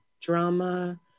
drama